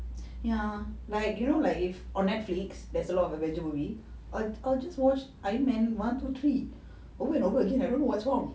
ya like you know like if on netflix there's a lot of avengers movie I I just watch iron man one two three over and over again I don't know what's wrong